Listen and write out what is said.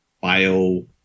bio